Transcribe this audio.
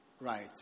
right